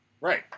Right